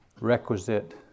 requisite